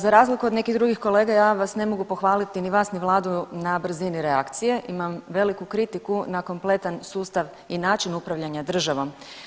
Za razliku od nekih drugih kolega ja vas ne mogu pohvaliti, ni vas ni vladu na brzini reakcije, imam veliku kritiku na kompletan sustav i način upravljanja državom.